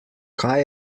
kaj